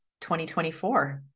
2024